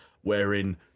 wherein